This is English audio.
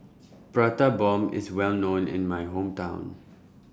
Prata Bomb IS Well known in My Hometown